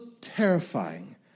terrifying